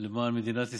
למען מדינת ישראל,